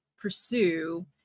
pursue